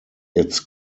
its